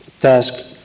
task